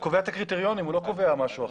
הוא קובע את הקריטריונים, הוא לא קובע משהו אחר.